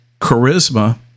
charisma